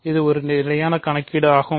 இது ஒரு நிலையான கணக்கீடு ஆகும்